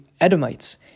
Edomites